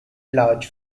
large